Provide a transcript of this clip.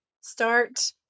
Start